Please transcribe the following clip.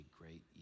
great